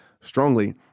strongly